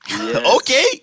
Okay